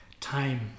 time